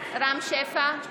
רם שפע,